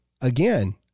again